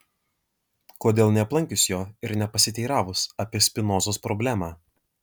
kodėl neaplankius jo ir nepasiteiravus apie spinozos problemą